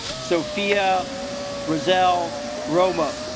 sofia rahzel romo